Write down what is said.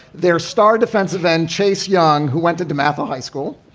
their star defensive end, chase young, who went to dematha high school,